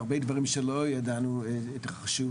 והרבה דברים שלא ידענו מתרחשים.